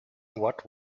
what